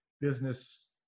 business